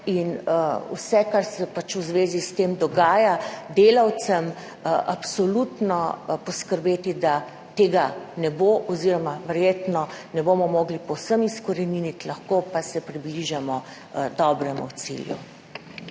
in vse, kar se v zvezi s tem dogaja delavcem, absolutno poskrbeti, da tega ne bo oziroma verjetno ne bomo mogli povsem izkoreniniti, lahko pa se približamo dobremu cilju.